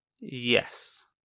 Yes